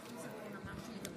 נושקת לשלישית, בדיוק.